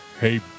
Hey